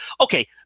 okay